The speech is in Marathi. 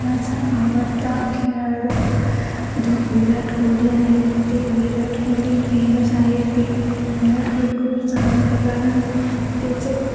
माझा आवडता खेळाडू द विराट कोहली आहे ते विराट कोहली फेमस आहे ते विराट कोहली खूप चांगला आहे कारण त्याचं